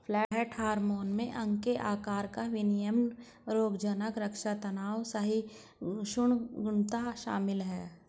plant hormone में अंग के आकार का विनियमन रोगज़नक़ रक्षा तनाव सहिष्णुता शामिल है